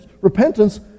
Repentance